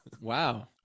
Wow